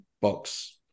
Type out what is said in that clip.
box